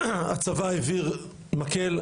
הצבא העביר מקל.